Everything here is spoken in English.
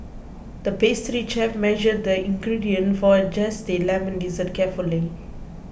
the pastry chef measured the ingredients for a Zesty Lemon Dessert carefully